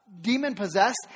demon-possessed